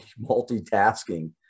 multitasking